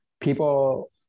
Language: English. people